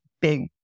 big